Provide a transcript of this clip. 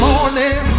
Morning